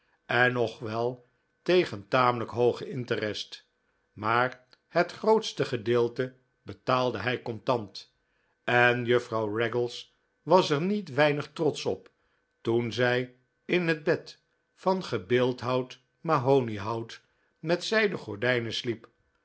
en nog wel tegen tamelijk hoogen interest maar het grootste gedeelte betaalde hij contant en juffrouw raggles was er niet weinig trotsch op toen zij in een bed van gebeeldhouwd mahoniehout met zijden gordijnen sliep